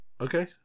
okay